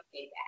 payback